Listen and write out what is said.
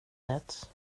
det